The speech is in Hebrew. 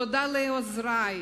תודה לעוזרי,